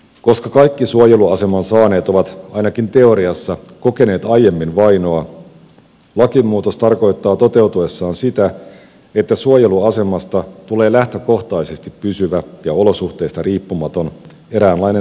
koska kaikki suojeluaseman saaneet ovat ainakin teoriassa kokeneet aiemmin vainoa lakimuutos tarkoittaa toteutuessaan sitä että suojeluasemasta tulee lähtökohtaisesti pysyvä ja olosuhteista riippumaton eräänlainen saavutettu oikeus